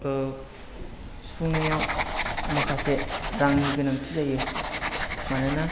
सुफुंनायाव माखासे रांनि गोनांथि जायो मानोना